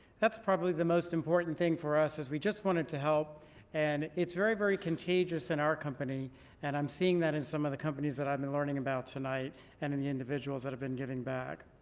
that's probably the most important thing for us as we just wanted to help and it's very very contagious in our company and i'm seeing that in some of the companies that i've been learning about tonight and in the individuals that have been giving back.